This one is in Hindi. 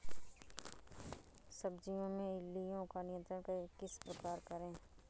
सब्जियों में इल्लियो का नियंत्रण किस प्रकार करें?